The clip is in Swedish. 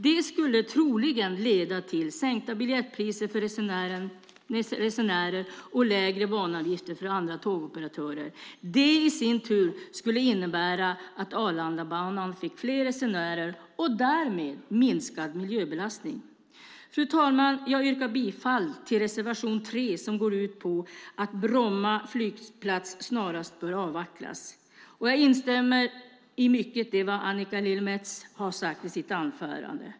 Det skulle troligen leda till sänkta biljettpriser för resenärer och lägre banavgifter för andra tågoperatörer. Det i sin tur skulle innebära att Arlandabanan fick fler resenärer och därmed minskad miljöbelastning. Fru talman! Jag yrkar bifall till reservation 3 som går ut på att Bromma flygplats snarast bör avvecklas. Jag instämmer i mycket av vad Annika Lillemets har sagt i sitt anförande.